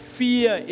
fear